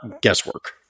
guesswork